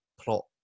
plot